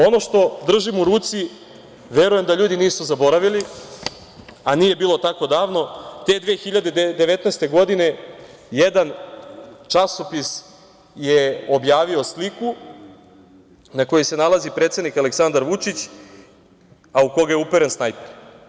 Ono što držim u ruci, verujem da ljudi nisu zaboravili, a nije bilo tako davno, te 2019. godine jedan časopis je objavio sliku na kojoj se nalazi predsednik Aleksandar Vučić, a u koga je uperen snajper.